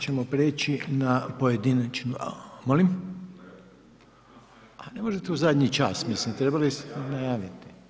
ćemo preći na pojedinačnu, molim? … [[Upadica se ne čuje.]] A ne možete u zadnji čas, mislim trebali ste najavit.